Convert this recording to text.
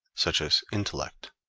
such as intellect,